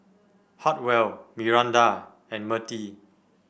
Hartwell Miranda and Mertie